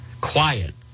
quiet